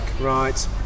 Right